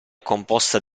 composta